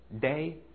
day